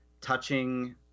touching